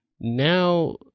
Now